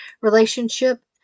relationship